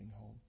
home